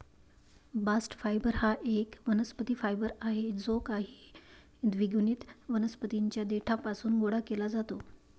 bast fibre हा एक वनस्पती फायबर आहे जो काही द्विगुणित वनस्पतीं च्या देठापासून गोळा केला जातो